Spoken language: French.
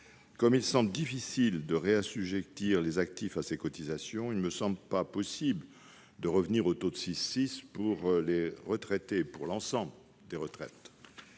où il semble difficile de réassujettir les actifs à ces cotisations, il ne me semble pas possible de revenir au taux de 6,6 % pour l'ensemble des retraités.